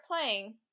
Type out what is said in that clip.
playing